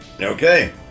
Okay